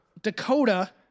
Dakota